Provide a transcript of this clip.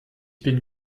bin